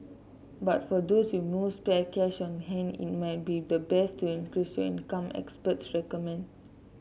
but for those with no spare cash on hand it might be the best to increase your income experts recommend